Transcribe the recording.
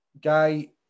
guy